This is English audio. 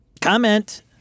Comment